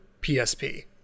PSP